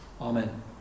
Amen